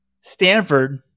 Stanford